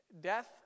death